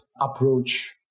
approach